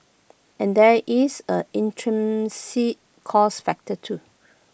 and there is A intrinsic cost factor too